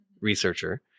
researcher